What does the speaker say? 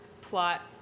plot